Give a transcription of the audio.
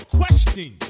question